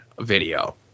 video